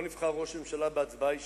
לא נבחר ראש ממשלה בהצבעה אישית.